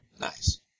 Nice